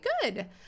Good